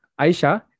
Aisha